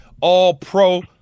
All-Pro